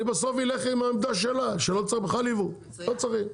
אני בסוף אלך עם העמדה שלה שלא צריך בכלל יבוא לא צריך,